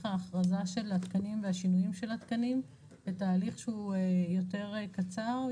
האכרזה של התקנים והשינויים של התקנים לתהליך שהוא יותר קצר,